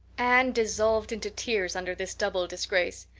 anne dissolved into tears under this double disgrace.